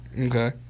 Okay